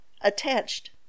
attached